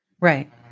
Right